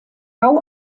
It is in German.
bau